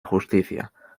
justicia